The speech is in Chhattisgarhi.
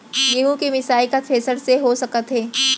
गेहूँ के मिसाई का थ्रेसर से हो सकत हे?